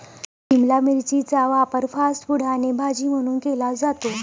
शिमला मिरचीचा वापर fast food आणि भाजी म्हणून केला जातो